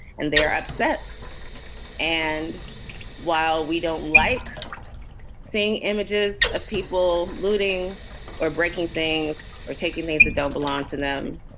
and they are upset and while we don't like seeing images of people looting or breaking things or taking things that don't belong to them.